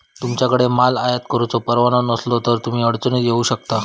तुमच्याकडे माल आयात करुचो परवाना नसलो तर तुम्ही अडचणीत येऊ शकता